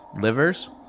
Livers